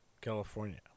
California